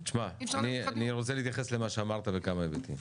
אי אפשר --- אני רוצה להתייחס למה שאמרת בכמה היבטים.